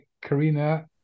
Karina